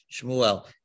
Shmuel